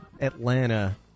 Atlanta –